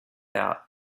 out